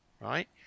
right